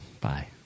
Bye